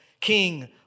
King